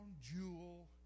jewel